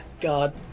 God